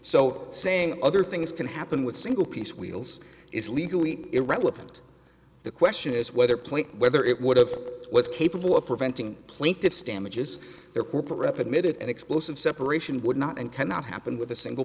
so saying other things can happen with single piece wheels is legally irrelevant the question is whether point whether it would have was capable of preventing plaintiff's damages their corporate rep admitted an explosive separation would not and cannot happen with a single